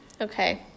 Okay